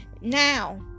now